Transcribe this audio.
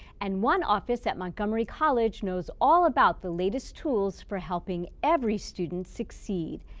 and one office at montgomery college knows all about the latest tools for helping every student succeed.